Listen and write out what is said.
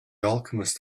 alchemist